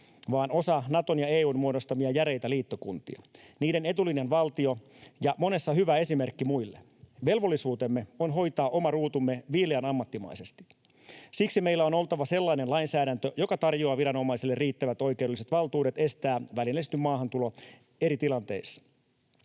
vaan osa Naton ja EU:n muodostamia järeitä liittokuntia, niiden etulinjan valtio ja monessa hyvä esimerkki muille. Velvollisuutemme on hoitaa oma ruutumme viileän ammattimaisesti. Siksi meillä on oltava sellainen lainsäädäntö, joka tarjoaa viranomaiselle riittävät oikeudelliset valtuudet estää välineellistetty maahantulo eri tilanteissa.